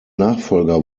nachfolger